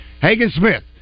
Hagen-Smith